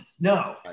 no